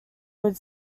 would